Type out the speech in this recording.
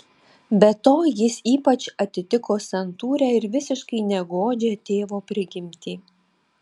be to jis ypač atitiko santūrią ir visiškai negodžią tėvo prigimtį